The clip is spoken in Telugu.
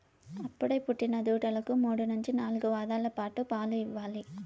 అప్పుడే పుట్టిన దూడలకు మూడు నుంచి నాలుగు వారాల పాటు పాలు ఇవ్వాలి